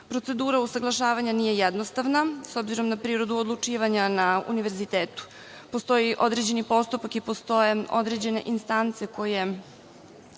Procedura usaglašavanja nije jednostavna, s obzirom na prirodu odlučivanja na univerzitetu. Postoji određeni postupak i postoje određene istance koje